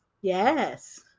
Yes